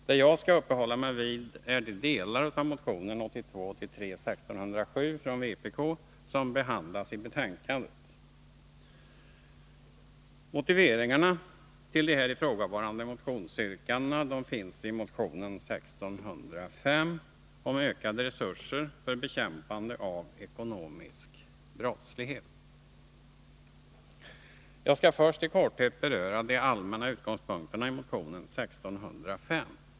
Det jag skall uppehålla mig vid är de delar av vpk-motionen 1982/83:1607, som behandlas i betänkandet. Motiveringarna till de här ifrågavarande motionsyrkandena finns i motion 1605 om ökade resurser för bekämpande av ekonomisk brottslighet. Jag skall först i korthet beröra de allmänna utgångspunkterna i motion 1605.